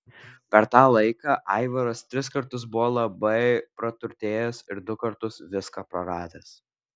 per tą laiką aivaras tris kartus buvo labai praturtėjęs ir du kartus viską praradęs